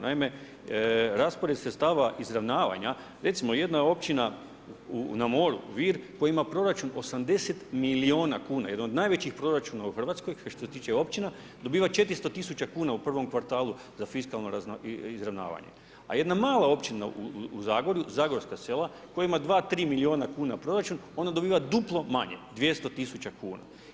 Naime, raspored sredstava izravnavanje, recimo jedna je općina na moru Vir, koja ima proračun 80 milijuna kuna, jedan od najvećih proračuna u Hrvatskoj što se tiče općina, dobiva 400.000 kuna u prvom kvartalu za fiskalno izravnavanje, a jedna mala općina u Zagorju, Zagorska sela koja ima 2-3 milijuna kuna proračun, ona dobiva duplo manje, 200.000 kuna.